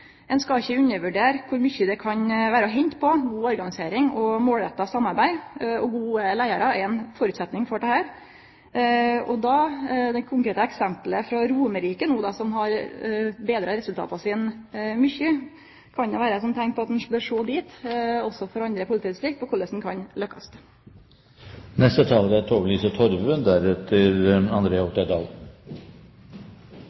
Ein skal ikkje undervurdere kor mykje det kan vere å hente på ei god organisering og målretta samarbeid, og gode leiarar er ein føresetnad for det. Det konkrete eksemplet frå Romerike, som no har betra resultata sine mykje, kan vere eit teikn på at også andre politidistrikt bør sjå dit for korleis ein kan lykkast. Det skal ikke være noen tvil om at politiet er